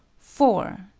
four.